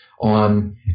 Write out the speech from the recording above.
on